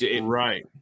Right